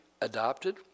adopted